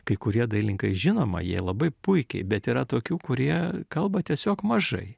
kai kurie dailininkai žinoma jie labai puikiai bet yra tokių kurie kalba tiesiog mažai